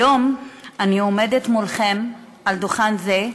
היום אני עומדת מולכם על דוכן זה,